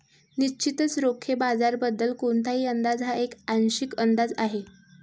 निश्चितच रोखे बाजाराबद्दल कोणताही अंदाज हा एक आंशिक अंदाज आहे